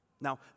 Now